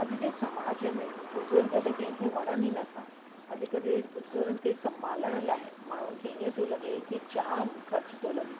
अॼु जे समाज में बुज़ुर्ग त कंहिं खे वणनि ई नथा अॼुकल्ह बुज़ुर्गनि खे संभालण लाइ माण्हुनि खे ईअं थो लॻे के जाम ख़र्च थो लॻे